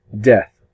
death